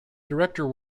director